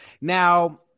Now